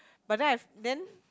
but then I've then